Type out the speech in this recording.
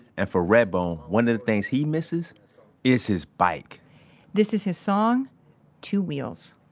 and for redbone, one of the things he misses is his bike this is his song two wheels.